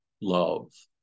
love